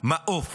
מעוף